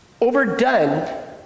overdone